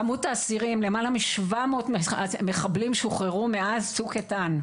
כמות האסירים למעלה מ-700 מחבלים שוחררו מאז "צוק איתן",